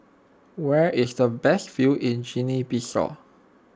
where is the best view in Guinea Bissau